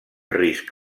risc